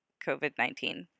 COVID-19